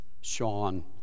Sean